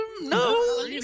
No